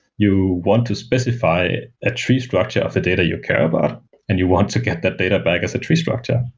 you want to specify a tree structure of a data you care about and you want to get that data back as a tree structure.